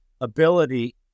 ability